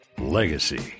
legacy